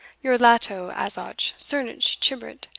your lato, azoch, zernich, chibrit,